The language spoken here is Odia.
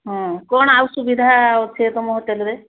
ହଁ କ'ଣ ଆଉ ସୁବିଧା ଅଛି ତୁମ ହୋଟେଲ୍ରେ